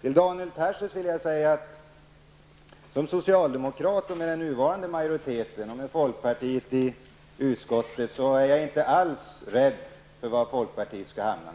Till Daniel Tarschys vill jag säga att jag som socialdemokrat med den nuvarande majoriteten och med folkpartiet i utskottet inte alls är rädd för var folkpartiet skall hamna.